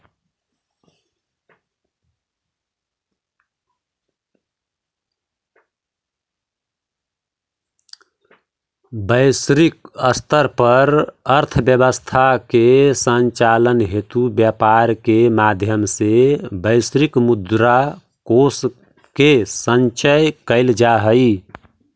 वैश्विक स्तर पर अर्थव्यवस्था के संचालन हेतु व्यापार के माध्यम से वैश्विक मुद्रा कोष के संचय कैल जा हइ